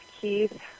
Keith